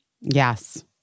Yes